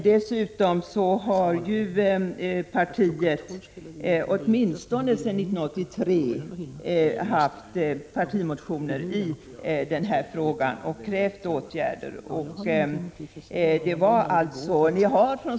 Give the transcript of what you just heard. Dessutom har partiet, åtminstone sedan 1983, lagt fram partimotioner i denna fråga och krävt åtgärder.